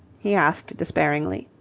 he asked, despairingly.